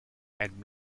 and